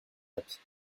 hebt